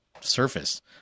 surface